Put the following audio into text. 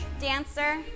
dancer